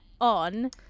on